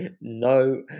no